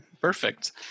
perfect